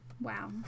Wow